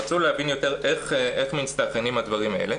רצו להבין טוב יותר איך מסתנכרנים הדברים האלה.